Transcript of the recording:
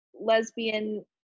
lesbian